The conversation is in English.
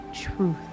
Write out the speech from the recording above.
truth